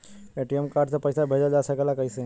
ATM card से पइसा भेजल जा सकेला कइसे?